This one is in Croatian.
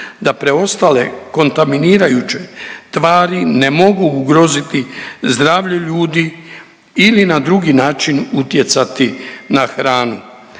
da preostale kontaminirajuće tvari ne mogu ugroziti zdravlje ljudi ili na drugi način utjecati na hranu.